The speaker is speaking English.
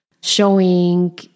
showing